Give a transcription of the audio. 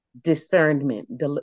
Discernment